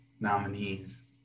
nominees